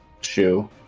Shoe